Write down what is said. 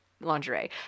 lingerie